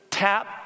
Tap